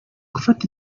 gufata